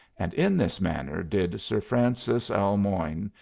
and in this manner did sir francis almoign,